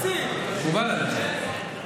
מקובל עליי.